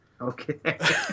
Okay